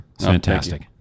Fantastic